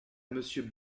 monsieur